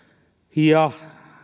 ja